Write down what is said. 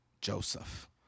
Joseph